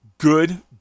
Good